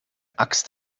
axt